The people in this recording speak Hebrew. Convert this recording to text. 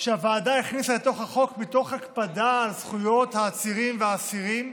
שהוועדה הכניסה לתוך החוק מתוך הקפדה על זכויות העצירים והאסירים,